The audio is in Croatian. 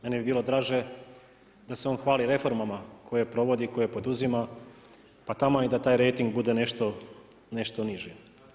Meni bi bilo draže da se on hvali reformama koje provodi, koje poduzima, pa taman i da taj rejting bude nešto niži.